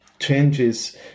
changes